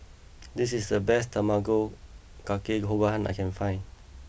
this is the best Tamago kake gohan that I can find